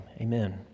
Amen